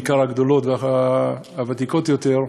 בעיקר הגדולות והוותיקות יותר,